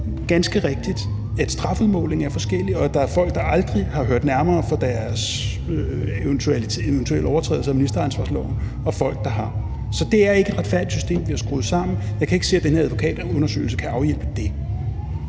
ganske rigtigt betyde, at strafudmålingen er forskellig, og at der er folk, der aldrig har hørt nærmere for deres eventuelle overtrædelser af ministeransvarlighedsloven, og folk, der har. Så det er ikke et retfærdigt system, vi har skruet sammen. Men jeg kan ikke se, at den her advokatundersøgelse kan afhjælpe det.